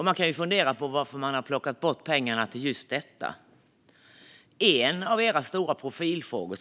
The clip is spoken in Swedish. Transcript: Man kan fundera på varför ni har plockat bort pengarna till just detta, för det är ju en av era stora profilfrågor.